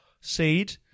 seed